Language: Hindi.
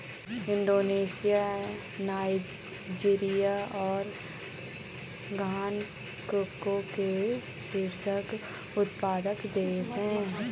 इंडोनेशिया नाइजीरिया और घना कोको के शीर्ष उत्पादक देश हैं